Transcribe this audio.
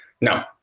no